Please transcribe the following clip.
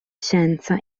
scienza